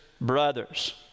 brothers